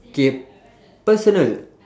K personal